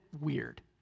weird